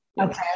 Okay